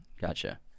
gotcha